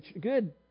good